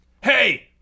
hey